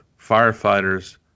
firefighters